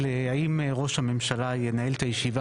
בשאלה האם ראש הממשלה ינהל את הישיבה